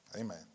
Amen